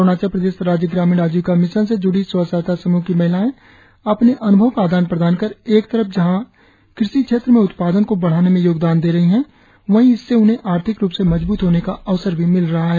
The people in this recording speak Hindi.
अरुणाचल प्रदेश राज्य ग्रामीण आजीविका मिशन से ज्ड़ी स्व सहायता समूह की महिलाए अपने अन्भव का आदान प्रदान कर एक तरफ जहां क़षि क्षेत्र में उत्पादन को बढ़ाने में योगदान दे रही है वही इससे उन्हे आर्थिक रुप से मजबूत होने का अवसर भी मिल रहा है